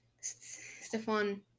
Stefan